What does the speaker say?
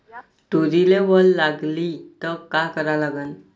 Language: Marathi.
तुरीले वल लागली त का करा लागन?